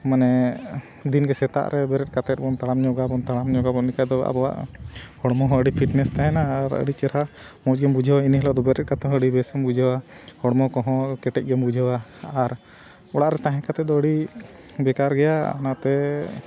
ᱢᱟᱱᱮ ᱫᱤᱱ ᱜᱮ ᱥᱮᱛᱟᱜ ᱨᱮ ᱵᱮᱨᱮᱫ ᱠᱟᱛᱮᱫ ᱵᱚᱱ ᱛᱟᱲᱟᱢ ᱧᱚᱜᱟ ᱵᱚᱱ ᱛᱟᱲᱟᱢ ᱧᱚᱜᱟᱵᱚᱱ ᱮᱱᱠᱷᱟᱱ ᱫᱚ ᱟᱵᱚᱣᱟᱜ ᱦᱚᱲᱢᱚ ᱦᱚᱸ ᱟᱹᱰᱤ ᱯᱷᱤᱴᱱᱮᱥ ᱛᱟᱦᱮᱱᱟ ᱟᱨ ᱟᱹᱰᱤ ᱪᱮᱦᱨᱟ ᱢᱚᱡᱽ ᱜᱮᱢ ᱵᱩᱡᱷᱟᱹᱣᱟ ᱤᱱᱟᱹ ᱦᱤᱞᱳᱜ ᱫᱚ ᱵᱮᱨᱮᱫ ᱠᱟᱛᱮᱫ ᱦᱚᱸ ᱟᱰᱤ ᱵᱮᱥᱮᱢ ᱵᱩᱡᱷᱟᱹᱣᱟ ᱦᱚᱲᱢᱚ ᱠᱚᱦᱚᱸ ᱠᱮᱴᱮᱡ ᱜᱮᱢ ᱵᱩᱡᱷᱟᱹᱣᱟ ᱟᱨ ᱚᱲᱟᱜ ᱨᱮ ᱛᱟᱦᱮᱸ ᱠᱟᱛᱮᱫ ᱫᱚ ᱟᱹᱰᱤ ᱵᱮᱠᱟᱨ ᱜᱮᱭᱟ ᱚᱱᱟᱛᱮ